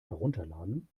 herunterladen